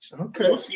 Okay